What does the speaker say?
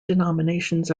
denominations